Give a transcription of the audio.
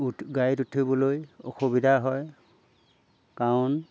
উঠ গাড়ীত উঠিবলৈ অসুবিধা হয় কাৰণ